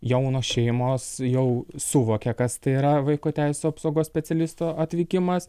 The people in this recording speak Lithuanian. jaunos šeimos jau suvokia kas tai yra vaiko teisių apsaugos specialisto atvykimas